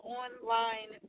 online